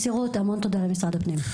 המון תודה למשרד הפנים על המסירות.